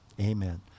amen